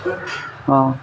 অঁ